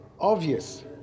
Obvious